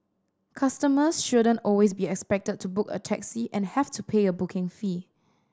customers shouldn't always be expected to book a taxi and have to pay a booking fee